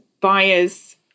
buyers